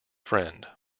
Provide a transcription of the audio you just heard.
friend